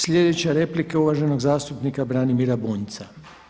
Sljedeća replika uvaženog zastupnika Branimira Bunjca.